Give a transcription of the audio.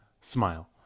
smile